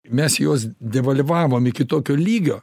mes juos devalvavom iki tokio lygio